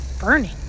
burning